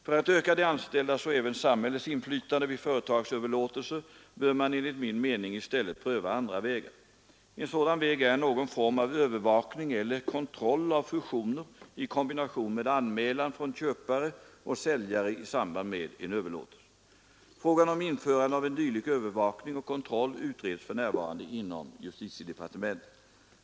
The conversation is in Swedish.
För att öka de anställdas och även samhällets inflytande vid företagsöverlåtelser bör man enligt min mening i stället pröva andra vägar. En sådan väg är någon form av övervakning eller kontroll av fusioner i kombination med anmälan från köpare och säljare i samband med en överlåtelse. Frågan om införande av en dylik övervakning och kontroll utreds för närvarande inom justitiedepartementet.